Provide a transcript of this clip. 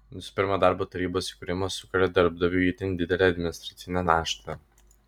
visų pirma darbo tarybos įkūrimas sukuria darbdaviui itin didelę administracinę naštą